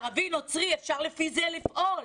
ערבי, נוצרי, אפשר לפי זה לפעול.